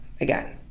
again